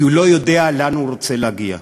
כי הוא לא יודע לאן הוא רוצה להגיע.